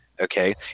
Okay